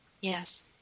Yes